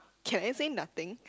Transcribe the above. can I say nothing